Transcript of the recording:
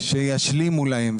ומשכנתאות שישלימו להם,